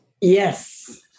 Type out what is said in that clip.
yes